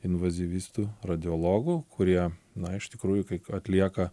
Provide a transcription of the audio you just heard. invazyvistų radiologų kurie na iš tikrųjų atlieka